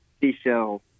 seashell